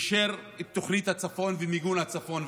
אישר את תוכנית הצפון ומיגון הצפון,